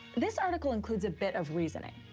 this article includes a bit of reasoning.